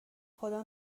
خدا